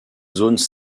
zones